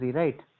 right